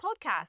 podcast